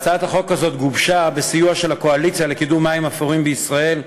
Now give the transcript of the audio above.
הצעת החוק הזאת גובשה בסיוע של הקואליציה למחזור מים אפורים בישראל,